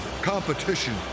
competition